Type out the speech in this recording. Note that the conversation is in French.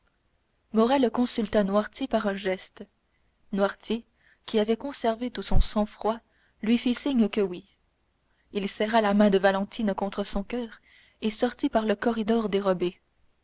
morrel consulta noirtier par un geste noirtier qui avait conservé tout son sang-froid lui fit signe que oui il serra la main de valentine contre son coeur et sortit par le corridor dérobé